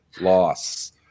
loss